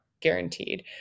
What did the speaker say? guaranteed